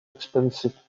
expensive